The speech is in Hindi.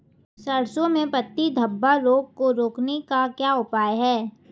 सरसों में पत्ती धब्बा रोग को रोकने का क्या उपाय है?